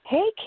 Hey